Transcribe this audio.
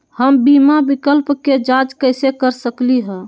हम बीमा विकल्प के जाँच कैसे कर सकली ह?